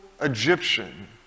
Egyptian